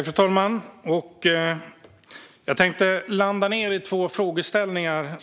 Fru talman! Jag tänker landa i två frågeställningar.